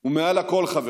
ומעל הכול, חברים,